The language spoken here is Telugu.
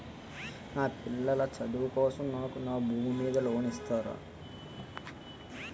మా పిల్లల చదువు కోసం నాకు నా భూమి మీద లోన్ ఇస్తారా?